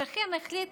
השכן החליט